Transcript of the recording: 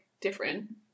different